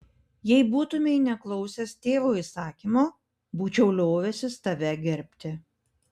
jei būtumei neklausęs tėvo įsakymo būčiau liovęsis tave gerbti